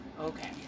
Okay